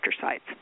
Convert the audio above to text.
sites